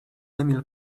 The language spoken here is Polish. emil